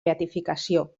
beatificació